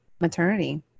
maternity